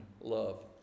love